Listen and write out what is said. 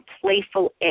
playful